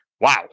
Wow